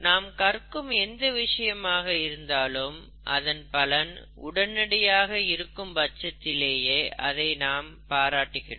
நாம் கற்கும் எந்த விஷயமாக இருந்தாலும் அதன் பலன் உடனடியாக இருக்கும் பட்சத்திலேயே அதை நாம் பாராட்டுகிறோம்